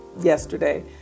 yesterday